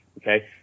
okay